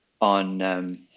on